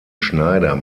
schneider